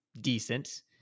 decent